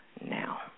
now